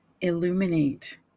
illuminate